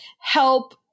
help